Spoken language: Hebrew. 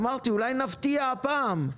אמרתי, אולי נפתיע הפעם,